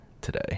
today